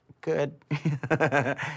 good